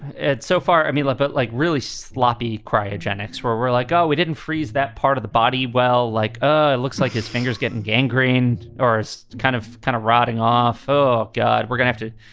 and so far, i mean, but like really sloppy cryogenics where we're like, oh, we didn't freeze that part of the body. well, like, ah it looks like his fingers getting gangrene or is kind of kind of rotting off. oh, god. we're gonna have to.